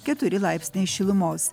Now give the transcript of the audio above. keturi laipsniai šilumos